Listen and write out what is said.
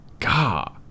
god